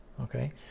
okay